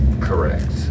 Correct